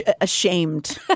ashamed